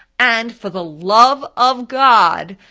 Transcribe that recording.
and for the love of god,